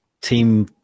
Team